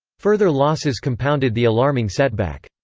further losses compounded the alarming setback.